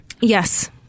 yes